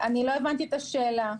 לא הבנתי את השאלה.